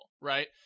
right